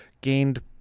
gained